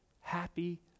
happy